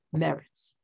merits